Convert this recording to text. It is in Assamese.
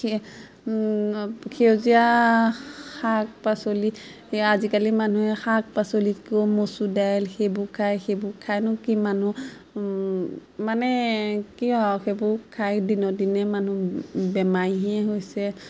সে সেউজীয়া শাক পাচলি আজিকালি মানুহে শাক পাচলিকো মচুৰ দাইল সেইবোৰ খায় সেইবোৰ খায়নো কি মানুহ মানে কি আৰু সেইবোৰ খাই দিনক দিনে মানুহ বেমাৰীহে হৈছে